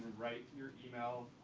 write your email